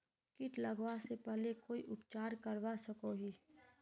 किट लगवा से पहले कोई उपचार करवा सकोहो ही?